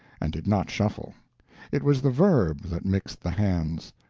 and did not shuffle it was the verb that mixed the hands,